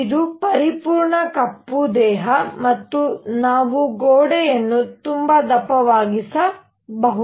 ಇದು ಪರಿಪೂರ್ಣ ಕಪ್ಪು ದೇಹ ಮತ್ತು ನಾವು ಗೋಡೆಗಳನ್ನು ತುಂಬಾ ದಪ್ಪವಾಗಿಸಬಹುದು